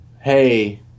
hey